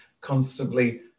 constantly